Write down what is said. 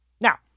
Now